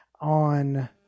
on